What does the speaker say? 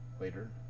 later